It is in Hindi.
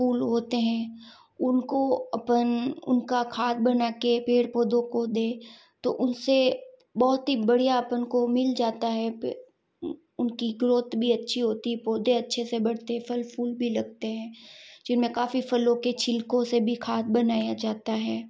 फूल होते है उनको अपन उनका खाद बनाके पेड़ पौधों को दें तो उससे बहुत ही बढ़िया अपन को मिल जाता है उनकी ग्रोथ भी अच्छी होती है पौधे अच्छे से बढ़ते हैं फल फूल भी लगते हैं जिनमें काफ़ी फलों के छिलकों से भी खाद बनाया जाता है